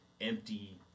empty